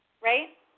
Right